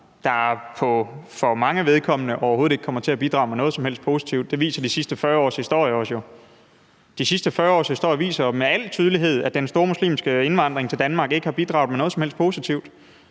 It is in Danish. overhovedet ikke kommer til at bidrage med noget som helst positivt. Det viser de sidste 40 års historie os. De sidste 40 års historie viser jo med al tydelighed, at den store muslimske indvandring i Danmark ikke har bidraget med noget som helst positivt